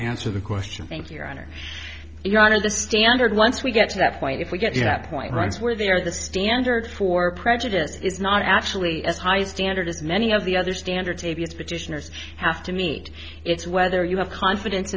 answer the question thank you your honor your honor the standard once we get to that point if we get to that point rights where they are the standard for prejudice is not actually as high standard as many of the other standards abs petitioners have to meet it's whether you have confidence